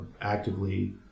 actively